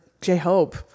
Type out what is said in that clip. j-hope